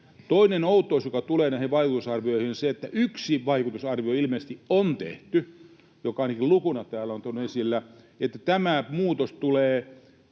Toinen outous, mitä tulee näihin vaikutusarvioihin, on se, että ilmeisesti on tehty yksi vaikutusarvio, joka ainakin lukuna täällä on tullut esille, että tämä muutos tulee